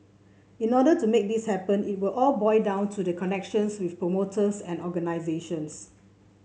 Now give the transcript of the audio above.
in order to make this happen it will all boil down to the connections with promoters and organisations